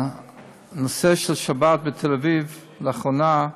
הנושא של שבת בתל אביב, לאחרונה,